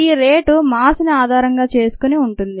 ఈ rate mass ని ఆధారంగా చేసుకుని ఉంటుంది